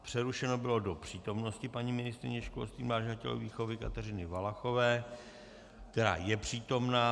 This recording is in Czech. Přerušeno bylo do přítomnosti paní ministryně školství, mládeže a tělovýchovy Kateřiny Valachové, která je přítomna.